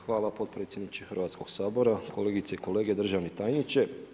Hvala potpredsjedniče Hrvatskog sabora, kolegice i kolege, državni tajniče.